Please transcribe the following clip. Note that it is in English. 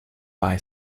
buy